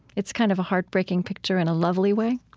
it's kind of a heartbreaking picture in a lovely way